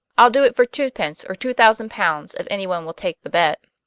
i'll do it for twopence or two thousand pounds, if anyone will take the bet.